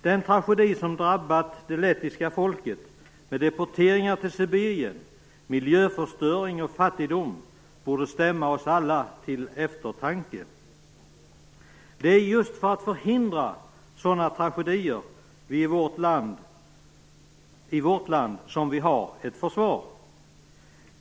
Den tragedi som drabbat det lettiska folket med deporteringar till Sibirien, miljöförstöring och fattigdom borde stämma oss alla till eftertanke. Det är just för att förhindra sådana tragedier i vårt land som vi har ett försvar.